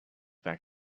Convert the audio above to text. back